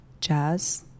jazz